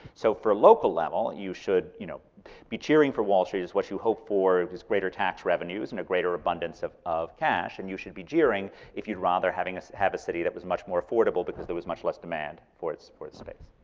so for a local level, you should you know be cheering for wall street, because what you hope for is greater tax revenues and a greater abundance of of cash. and you should be jeering if you'd rather have a city that was much more affordable because there was much less demand for its for its space.